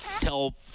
tell